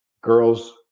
Girls